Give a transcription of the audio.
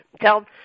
Tell